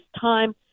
time